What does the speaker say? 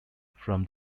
from